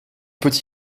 peut